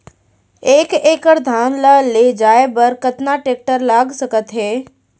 एक एकड़ धान ल ले जाये बर कतना टेकटर लाग सकत हे?